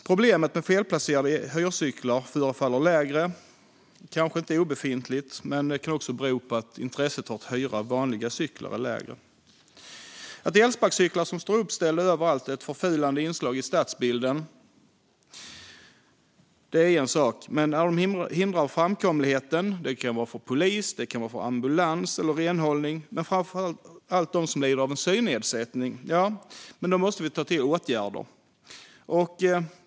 Problemet med felplacerade hyrcyklar förefaller mindre, om än inte obefintligt, men det kan bero på att intresset för att hyra vanliga cyklar är lägre. Att elsparkcyklar som står uppställda överallt är ett förfulande inslag i stadsbilden är en sak. Men när de hindrar framkomligheten - det kan vara för polis, för ambulans eller för renhållning men framför allt för dem som lider av en synnedsättning - måste vi ta till åtgärder.